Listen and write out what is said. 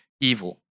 evil